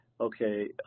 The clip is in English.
okay